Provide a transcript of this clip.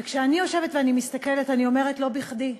וכשאני יושבת ואני מסתכלת אני אומרת: לא בכדי.